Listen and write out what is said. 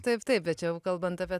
taip taip bet čia jau kalbant apie